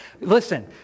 Listen